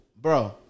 Bro